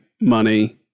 money